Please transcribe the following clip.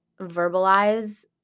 verbalize